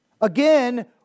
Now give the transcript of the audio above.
Again